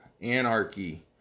anarchy